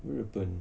日本